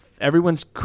everyone's